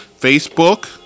Facebook